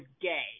gay